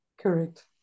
correct